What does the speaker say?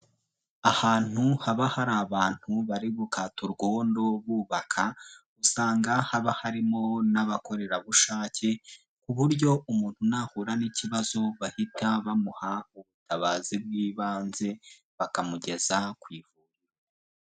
Ahantu haba hari abantu bari gukata urwondo bubaka, usanga haba harimo n'abakorerabushake, ku buryo umuntu nahura n'ikibazo bahita bamuha ubutabazi bw'ibanze, bakamugeza ku ivuriro.